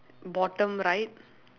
bottom right